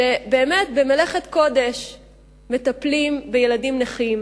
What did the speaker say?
שבמלאכת קודש מטפלים בילדים נכים,